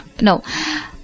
no